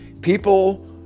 people